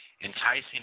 Enticing